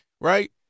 right